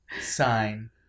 sign